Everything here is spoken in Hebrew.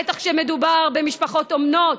בטח כשמדובר במשפחות אומנות,